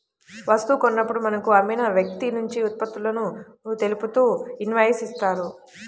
వస్తువు కొన్నప్పుడు మనకు అమ్మిన వ్యక్తినుంచి ఉత్పత్తులను తెలుపుతూ ఇన్వాయిస్ ఇత్తారు